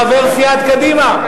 חבר סיעת קדימה,